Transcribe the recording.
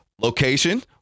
Location